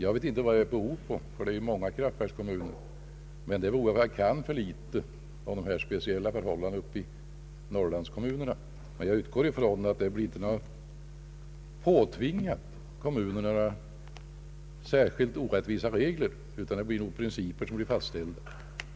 Jag vet inte vad det beror på, ty det finns ju många kraftverkskommuner, men jag kan väl för litet om de speciella förhållandena i Norrlandskommunerna. Jag utgår dock ifrån att kommunerna inte blir påtvingade några särskilt orättvisa regler, utan att de behandlas efter fastställda principer.